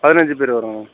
பதினஞ்சி பேர் வர்றோம்